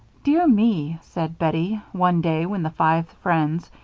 dear me, said bettie, one day when the five friends,